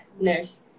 nurse